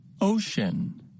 Ocean